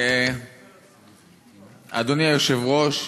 אדוני היושב-ראש,